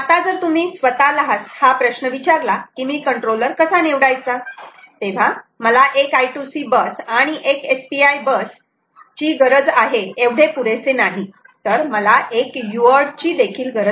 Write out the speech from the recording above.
आता जर तुम्ही स्वतःलाच हा प्रश्न विचारला की मी कंट्रोलर कसा निवडायचा तेव्हा मला एक I2C बस आणि एक SPI बस ची गरज आहे एवढे पुरेसे नाही तर मला एक युअर्ट ची देखील गरज आहे